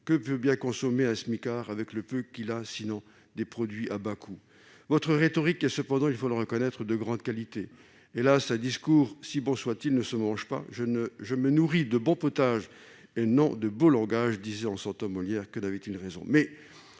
Que peut bien consommer un smicard avec le peu qu'il a, sinon des produits à bas coût ? Votre rhétorique, il faut le reconnaître, est de grande qualité. Hélas, un discours, si bon soit-il, ne se mange pas :« je vis de bonne soupe, et non de beau langage » disait en son temps Molière. Combien avait-il raison